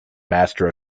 master